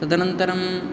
तदनन्तरं